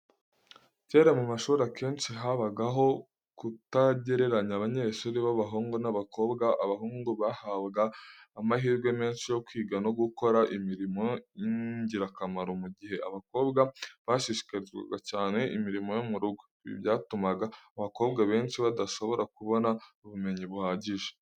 Kera mu mashuri, akenshi habagaho kutagereranya abanyeshuri b’abahungu n’abakobwa. Abahungu bahabwaga amahirwe menshi yo kwiga no gukora imirimo y’ingirakamaro, mu gihe abakobwa bashishikarizwaga cyane imirimo yo mu rugo. Ibi byatumaga abakobwa benshi badashobora kubona ubumenyi buhagije.